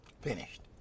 Finished